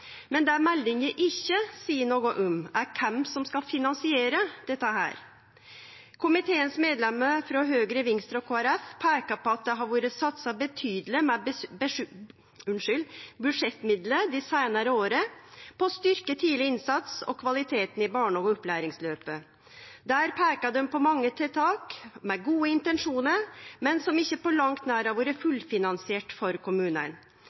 Men det meldinga ikkje seier noko om, er kven som skal finansiere dette. Komiteens medlemmer frå Høgre, Venstre og Kristeleg Folkeparti peikar på at det har vore satsa betydeleg med budsjettmidlar dei seinare åra på å styrkje tidleg innsats og kvaliteten i barnehage og opplæringsløpet. Der peikar dei på mange tiltak med gode intensjonar, men som ikkje på langt nær har vore fullfinansierte for kommunane,